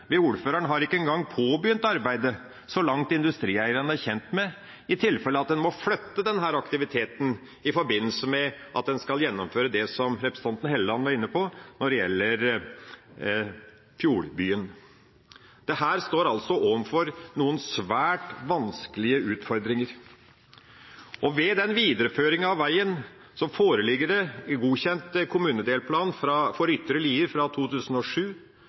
ikke engang har påbegynt arbeidet, så langt industrieierne er kjent med, i tilfelle en må flytte denne aktiviteten i forbindelse med at en skal gjennomføre det som representanten Hofstad Helleland var inne på når det gjelder fjordbyen. Her står en altså overfor noen svært vanskelige utfordringer. Ved denne videreføringa av veien foreligger det i godkjent kommunedelplan for ytre Lier fra 2007: